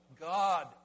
God